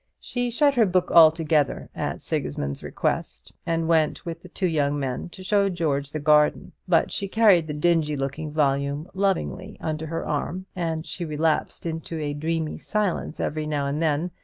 she shut her book altogether at sigismund's request, and went with the two young men to show george the garden but she carried the dingy-looking volume lovingly under her arm, and she relapsed into a dreamy silence every now and then,